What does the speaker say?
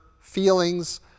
feelings